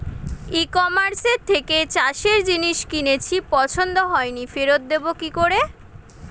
ই কমার্সের থেকে চাষের জিনিস কিনেছি পছন্দ হয়নি ফেরত দেব কী করে?